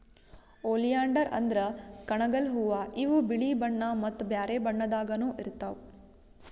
oleander ಅಂದ್ರ ಕಣಗಿಲ್ ಹೂವಾ ಇವ್ ಬಿಳಿ ಬಣ್ಣಾ ಮತ್ತ್ ಬ್ಯಾರೆ ಬಣ್ಣದಾಗನೂ ಇರ್ತವ್